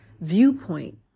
viewpoint